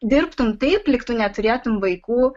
dirbtum taip lyg tu neturėtum vaikų